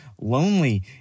lonely